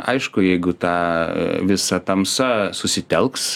aišku jeigu ta visa tamsa susitelks